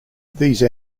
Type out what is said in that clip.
these